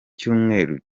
cyumweru